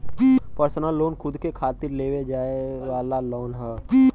personal loan खुद के खातिर लेवे जाये वाला लोन हौ